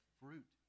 fruit